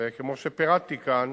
וכמו שפירטתי כאן,